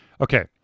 Okay